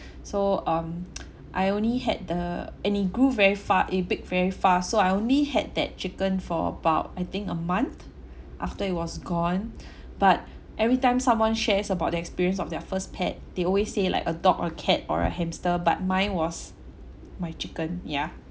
so um I only had the and it grew very fast it big very fast so I only had that chicken for about I think a month after it was gone but every time someone shares about the experience of their first pet they always say like a dog or cat or a hamster but mine was my chicken ya